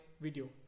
video